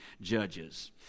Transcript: judges